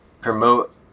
promote